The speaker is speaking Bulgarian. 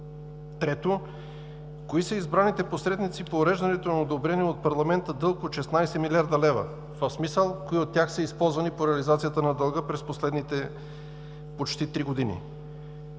Трето: кои са избраните посредници по уреждането на одобрения от парламента дълг от 16 млрд. лв., в смисъл – кои от тях са използвани по реализацията на дълга през последните почти три години?